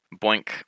boink